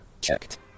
Checked